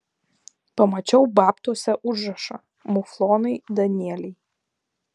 pamačiau babtuose užrašą muflonai danieliai